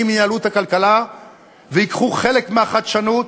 ינהלו את הכלכלה וייקחו חלק מהחדשנות,